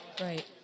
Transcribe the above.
Right